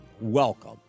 Welcome